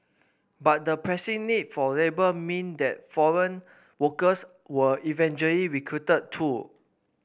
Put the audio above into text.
but the pressing need for labour meant that foreign workers were eventually recruited too